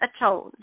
atoned